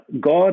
God